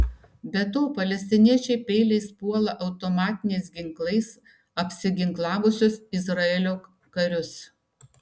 be to palestiniečiai peiliais puola automatiniais ginklais apsiginklavusius izraelio karius